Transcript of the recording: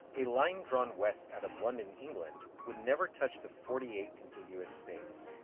a line drawn west out of london, england would never touch the forty eight contiguous states.